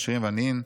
עשירים ועניים,